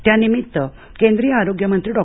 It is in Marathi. त्यानिमित्त केंद्रीय आरोग्य मंत्री डॉ